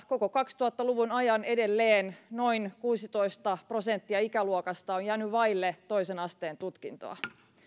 koko kaksituhatta luvun ajan on edelleen noin kuusitoista prosenttia ikäluokasta jäänyt vaille toisen asteen tutkintoa se